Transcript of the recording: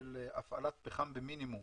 של הפעלת פחם במינימום